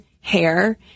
hair